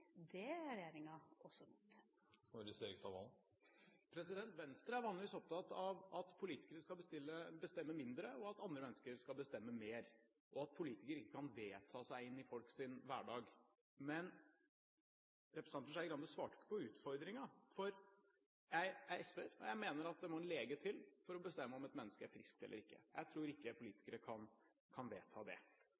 det er regjeringa også imot. Venstre er vanligvis opptatt av at politikere skal bestemme mindre, at andre mennesker skal bestemme mer, og at politikere ikke kan vedta seg inn i folks hverdag. Men representanten Skei Grande svarte ikke på utfordringen. Jeg er SV-er, og jeg mener at det må en lege til for å bestemme om et menneske er friskt eller ikke. Jeg tror ikke